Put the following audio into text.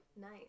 nice